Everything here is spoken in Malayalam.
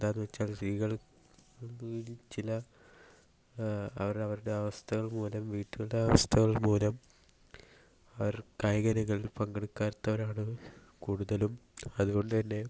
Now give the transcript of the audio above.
എന്താണെന്ന് വെച്ചാൽ സ്ത്രീകൾ ചില അവർ അവരുടെ അവസ്ഥകൾ മൂലം വീട്ടിലത്തെ അവസ്ഥകൾ മൂലം അവർ കായിക രംഗങ്ങളിൽ പങ്കെടുക്കാത്തവരാണ് കൂടുതലും അതുകൊണ്ടുത്തന്നെ